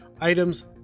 items